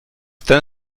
ten